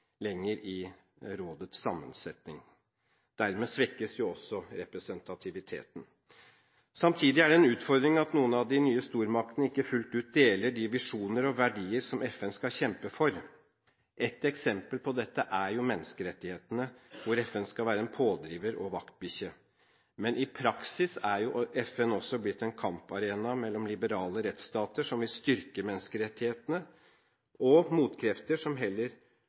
i rådets sammensetning. Dermed svekkes også representativiteten. Samtidig er det en utfordring at noen av de nye stormaktene ikke fullt ut deler de visjoner og verdier som FN skal kjempe for. Ett eksempel på dette er menneskerettighetene, hvor FN skal være en pådriver og vaktbikkje. Men i praksis har FN blitt en kamparena mellom liberale rettsstater som vil styrke menneskerettighetene, og motkrefter som